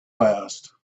last